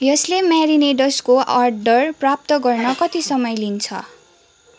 यसले म्यारिनेडसको अर्डर प्राप्त गर्न कति समय लिन्छ